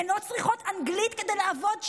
הן לא צריכות אנגלית כדי לעבוד שם?